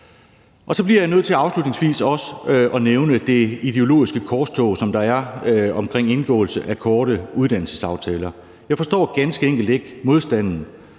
også at nævne det ideologiske korstog, som der er omkring indgåelse af korte uddannelsesaftaler. Jeg forstår ganske enkelt ikke modstanden,